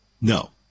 No